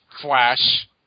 Flash